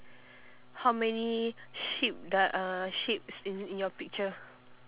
how many sheep d~ uh sheeps in in your picture